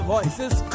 Voices